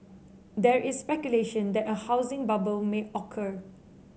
there is speculation that a housing bubble may occur